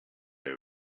have